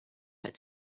out